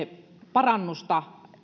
parannusta